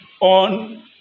on